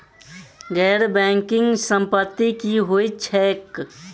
गैर बैंकिंग संपति की होइत छैक?